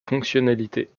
fonctionnalités